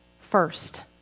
first